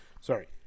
sorry